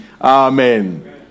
Amen